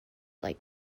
like